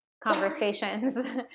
conversations